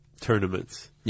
tournaments